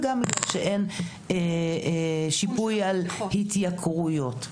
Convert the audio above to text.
וגם שאין שיפוי על התייקרויות.